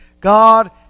God